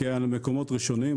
כעל מקומות ראשונים,